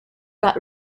got